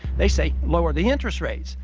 they say lower the interest rates.